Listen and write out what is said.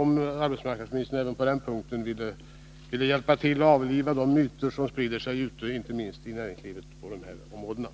om arbetsmarknadsministern även i det avseendet ville hjälpa till att avliva de myter som sprider sig, inte minst i näringslivet, på dessa områden.